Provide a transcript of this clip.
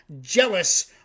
Jealous